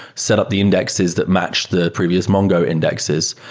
set up the indexes that match the previous mongo indexes.